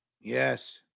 Yes